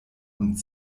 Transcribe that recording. und